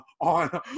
on